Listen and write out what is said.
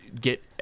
get